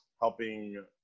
helping